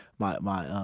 my, my ah,